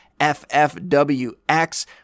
FFWX